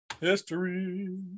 History